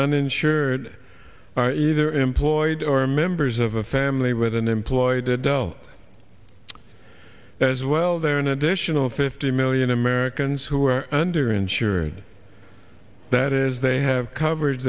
uninsured are either employed or members of a family with an employed adult as well they're an additional fifty million americans who are under insured that is they have coverage